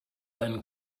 then